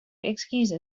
excuse